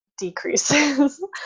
decreases